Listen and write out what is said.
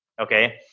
Okay